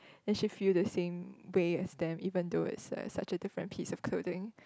and she feel the same way as them even though it's like such a different piece of clothing